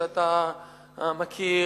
שאתה מכיר,